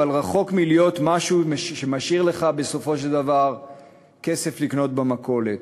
אבל רחוק מלהיות משהו שמשאיר לך בסופו של דבר כסף לקנות במכולת.